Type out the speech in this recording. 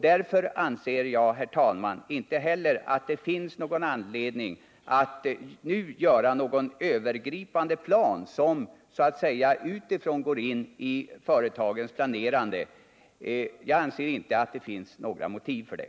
Därför anser jag att det inte heller finns någon anledning att nu upprätta någon övergripande plan som så att säga utifrån går in i företagets planerande. Det finns inte några motiv för det.